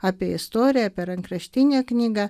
apie istoriją apie rankraštinę knygą